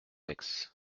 aix